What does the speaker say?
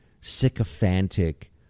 sycophantic